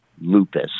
lupus